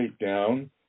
down